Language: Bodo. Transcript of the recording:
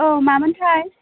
औ मा मोनथाय